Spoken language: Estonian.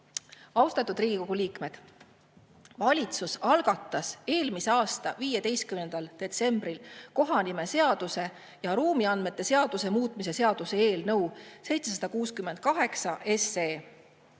Austatud Riigikogu liikmed! Valitsus algatas eelmise aasta 15. detsembril kohanimeseaduse ja ruumiandmete seaduse muutmise seaduse eelnõu 768.